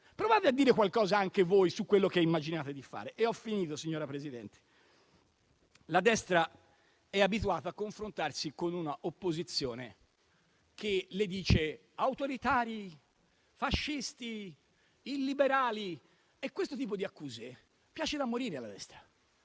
provate a dire qualcosa anche voi su quello che immaginate di fare. Ho finito, signora Presidente. La destra è abituata a confrontarsi con una opposizione che le dice: "Autoritari! Fascisti! Illiberali!". Questo tipo di accuse piace da morire alla destra